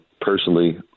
personally